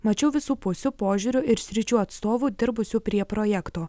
mačiau visų pusių požiūrių ir sričių atstovų dirbusių prie projekto